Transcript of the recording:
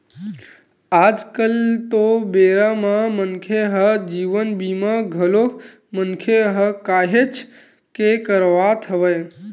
आज कल तो बेरा म मनखे ह जीवन बीमा घलोक मनखे ह काहेच के करवात हवय